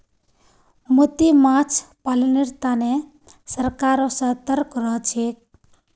मोती माछ पालनेर तने सरकारो सतर्क रहछेक